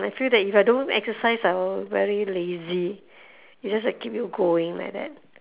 I feel that if I don't exercise I will very lazy it's just like keep you going like that